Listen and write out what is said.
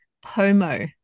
POMO